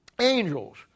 angels